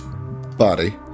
body